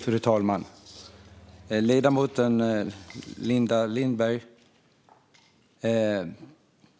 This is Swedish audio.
Fru talman! Ledamoten Linda Lindberg